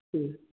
ठीक